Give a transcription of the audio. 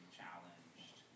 challenged